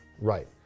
Right